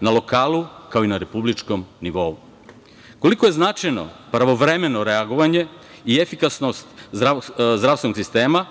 na lokalu, kao i na republičkom nivou. Koliko je značajno pravovremeno reagovanje i efikasnost zdravstvenog sistema,